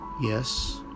Yes